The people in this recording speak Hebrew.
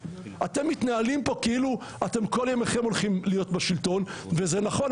אתם מתנהלים כאן כאילו אתם כל ימיכם הולכים להיות בשלטון וזה נכון.